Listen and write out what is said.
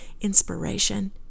inspiration